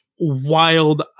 wild